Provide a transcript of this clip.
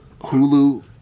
Hulu